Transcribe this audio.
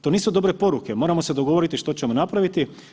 To nisu dobre poruke, moramo se dogovoriti što ćemo napraviti.